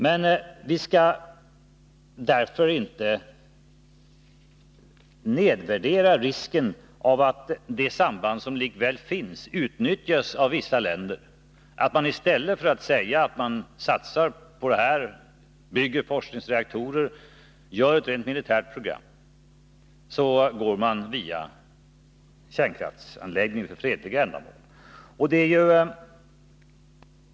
Men vi skall därför inte nedvärdera risken av att det samband som likväl finns utnyttjas av vissa länder, att de i stället för att säga att de bygger forskningsreaktorer för ett rent militärt program går via kärnkraftsanläggning för fredliga ändamål.